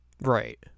Right